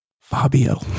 Fabio